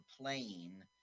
plane